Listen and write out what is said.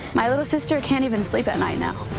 my little sister can't even sleep at night now.